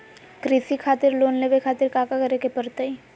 कृषि खातिर लोन लेवे खातिर काका करे की परतई?